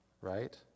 right